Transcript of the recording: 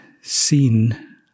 seen